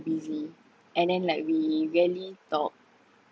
busy and then like we rarely talk